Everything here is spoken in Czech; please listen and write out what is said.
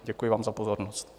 Děkuji vám za pozornost.